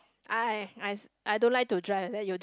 I I I don't like to drive then you